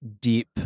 deep